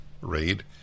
raid